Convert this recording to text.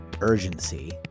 urgency